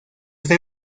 está